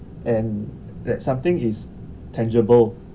and that something is tangible